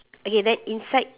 okay then inside